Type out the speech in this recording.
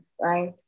right